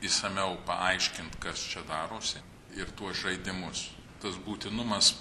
išsamiau paaiškint kas čia darosi ir tuos žaidimus tas būtinumas